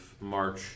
March